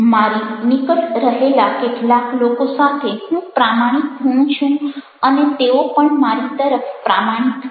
મારી નિકટ રહેલા કેટલાક લોકો સાથે હું પ્રામાણિક હોઉં છું અને તેઓ પણ મારી તરફ પ્રામાણિક છે